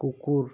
কুকুৰ